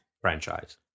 franchise